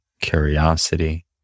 curiosity